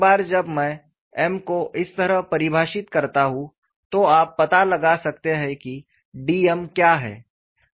एक बार जब मैं m को इस तरह परिभाषित करता हूं तो आप पता लगा सकते हैं कि dm क्या है